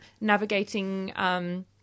navigating